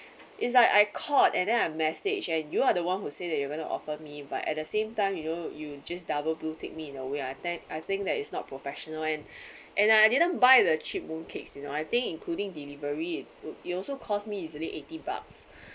it's like I called and then I messaged and you are the one who say that you're going to offer me but at the same time you know you just double blue blue tick me in a way I tend I think that it's not professional and and I didn't buy the cheap mooncakes you know I think including delivery it would it also cost me easily eighty bucks